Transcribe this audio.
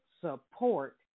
support